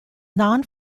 non